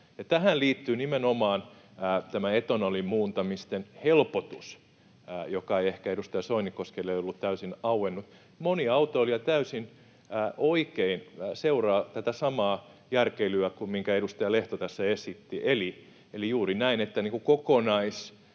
Tähän liittyy nimenomaan tämä etanolimuuntamisten helpotus, joka ei ehkä edustaja Soinikoskelle ollut täysin auennut. Moni autoilija täysin oikein seuraa tätä samaa järkeilyä kuin minkä edustaja Lehto tässä esitti, eli juuri näin, että